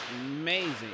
Amazing